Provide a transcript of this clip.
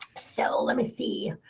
so let me see.